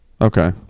Okay